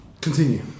continue